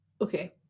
okay